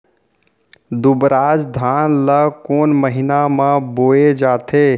दुबराज धान ला कोन महीना में बोये जाथे?